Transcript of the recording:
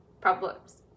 problems